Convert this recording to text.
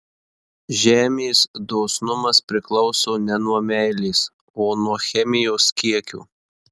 žemės dosnumas priklauso ne nuo meilės o nuo chemijos kiekio